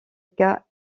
cas